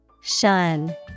Shun